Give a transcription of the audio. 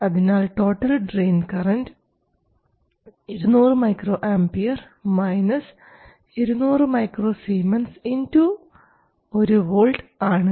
അതിനാൽ total drain current 200 µA 200 µS 1 V ആണ്